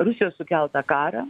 rusijos sukeltą karą